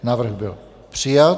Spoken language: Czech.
Návrh byl přijat.